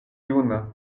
juna